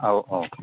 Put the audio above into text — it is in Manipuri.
ꯑꯧ ꯑꯧ